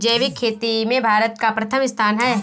जैविक खेती में भारत का प्रथम स्थान है